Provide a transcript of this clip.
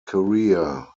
career